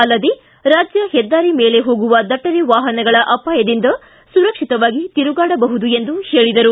ಅಲ್ಲದೇ ರಾಜ್ಣ ಹೆದ್ದಾರಿ ಮೇಲೆ ಹೋಗುವ ದಟ್ಟನೆ ವಾಹನಗಳ ಅಪಾಯದಿಂದ ಸುರಕ್ಷಿತವಾಗಿ ತಿರುಗಾಡಬಹುದಾಗಿದೆ ಎಂದರು